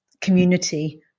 community